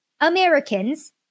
Americans